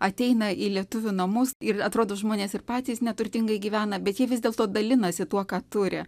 ateina į lietuvių namus ir atrodo žmonės ir patys neturtingai gyvena bet jie vis dėlto dalinasi tuo ką turi